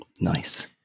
Nice